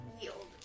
yield